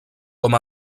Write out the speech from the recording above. com